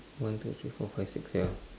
one two three four five six ya